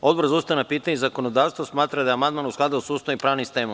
Odbor za ustavna pitanja i zakonodavstvo smatra da je amandman u skladu sa Ustavom i pravnim sistemom.